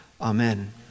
Amen